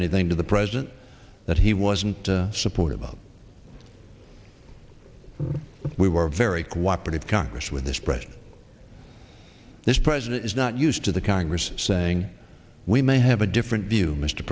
anything to the president that he wasn't supportive of we were very cooperative congress with this president this president is not used to the congress saying we may have a different view mr